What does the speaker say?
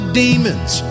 demons